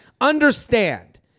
understand